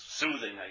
Soothing